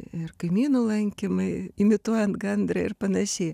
ir kaimynų lankymai imituojant gandrą ir panašiai